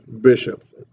bishops